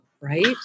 right